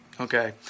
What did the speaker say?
okay